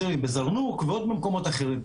יש בזרנוג ועוד מקומות אחרים.